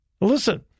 Listen